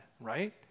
Right